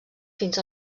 fins